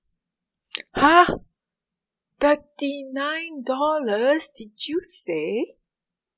!huh! thirty nine dollars did you say